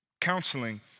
counseling